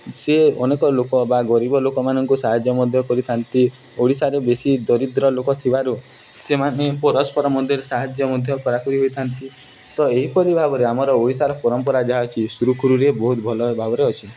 ସେ ଅନେକ ଲୋକ ବା ଗରିବ ଲୋକମାନଙ୍କୁ ସାହାଯ୍ୟ ମଧ୍ୟ କରିଥାନ୍ତି ଓଡ଼ିଶାରେ ବେଶୀ ଦରିଦ୍ର ଲୋକ ଥିବାରୁ ସେମାନେ ପରସ୍ପର ମଧ୍ୟରେ ସାହାଯ୍ୟ ମଧ୍ୟ କରାକରି ହୋଇଥାନ୍ତି ତ ଏହିପରି ଭାବରେ ଆମର ଓଡ଼ିଶାର ପରମ୍ପରା ଯାହା ଅଛି ସୁରୁଖୁରୁରେ ବହୁତ ଭଲ ଭାବରେ ଅଛି